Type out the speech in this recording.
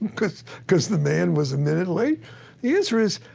because because the man was a minute late? the answer is,